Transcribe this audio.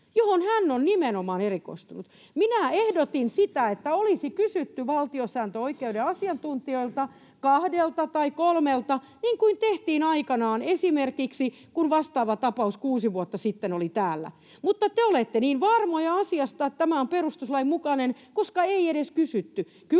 joihin hän nimenomaan on erikoistunut. Minä ehdotin sitä, että olisi kysytty valtiosääntöoikeuden asiantuntijoilta, kahdelta tai kolmelta, niin kuin tehtiin aikanaan, esimerkiksi kun vastaava tapaus kuusi vuotta sitten oli täällä. Mutta te olette niin varmoja asiasta, että tämä on perustuslain mukainen, koska ei edes kysytty.